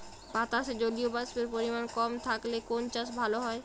বাতাসে জলীয়বাষ্পের পরিমাণ কম থাকলে কোন চাষ ভালো হয়?